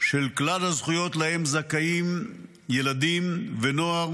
של כלל הזכויות שזכאים להן ילדים ונוער